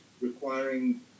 requiring